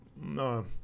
No